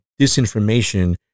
disinformation